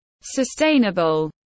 sustainable